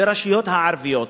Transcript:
לרשויות הערביות.